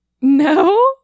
No